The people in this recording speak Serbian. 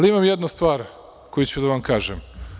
Imam jednu stvar koju ću da vam kažem.